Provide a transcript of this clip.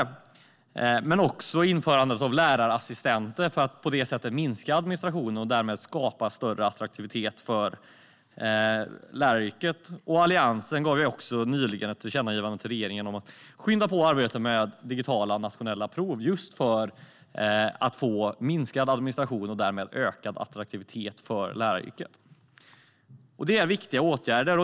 Vi föreslår också införande av lärarassistenter för att minska administrationen och därmed skapa större attraktivitet för läraryrket. Nyligen gav också Alliansen ett tillkännagivande till regeringen om att skynda på arbetet med digitala nationella prov just för att få minskad administration och därmed ökad attraktivitet för läraryrket. Det här är viktiga åtgärder.